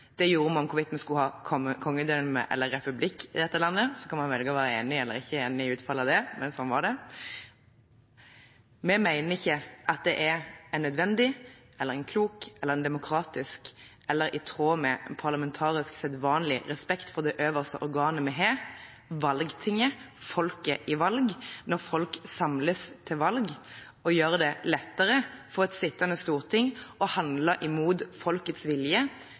det gjorde vi om hvorvidt vi skulle ha kongedømme eller republikk i dette landet. Så kan man velge å være enig eller ikke enig i utfallet av det, men slik var det. Vi mener ikke at det er nødvendig, klokt, demokratisk eller i tråd med parlamentarisk sedvanlig respekt for det øverste organet vi har, valgtinget, når folket samles til valg, å gjøre det lettere for et sittende storting å handle imot folkets vilje